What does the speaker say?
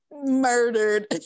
murdered